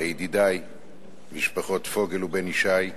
משפחות פוגל ובן-ישי,